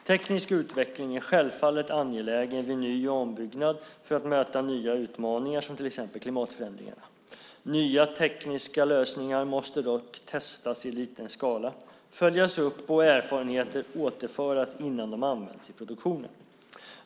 Teknisk utveckling är självfallet angelägen vid ny och ombyggnad för att möta nya utmaningar som till exempel klimatförändringarna. Nya tekniska lösningar måste dock testas i liten skala och följas upp. Erfarenheter måste återföras innan de används i produktionen.